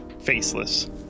faceless